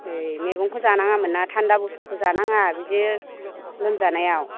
है मैगंखौ जानाङामोन ना थान्दा बस्थुखौ जानाङा बिदि लोमजानायाव